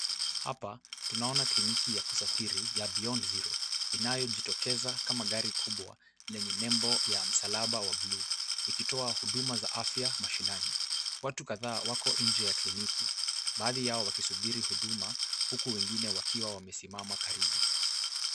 Hapa, tunaona kliniki ya kusafiri ya beyond zero inayojitokeza kama gari kubwa lenye nembo ya msalaba wa bluu ikitoa huduma za afya mashinani. Watu kadhaa wako nje ya kliniki baadhi yao wakisubiri huduma huku wengine wakiwa wamesimama karibu.